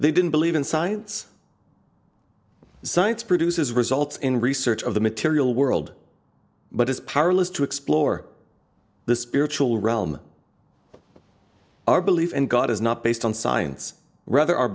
they didn't believe in science science produces results in research of the material world but is powerless to explore the spiritual realm our belief in god is not based on science rather our